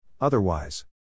Otherwise